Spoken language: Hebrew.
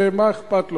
ומה אכפת לו.